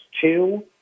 two